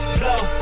blow